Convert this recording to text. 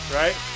right